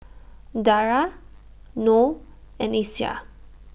Dara Noh and Aisyah